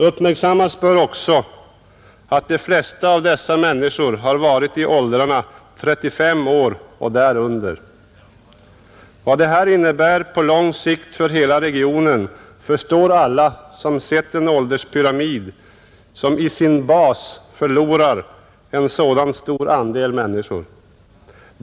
Uppmärksammas bör också att de flesta av dessa var människor i åldrarna 35 år och därunder. Vad detta innebär på lång sikt för hela regionen förstår alla som sett en ålderspyramid som i sin bas förlorar en sådan stor andel människor.